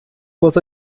was